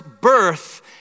birth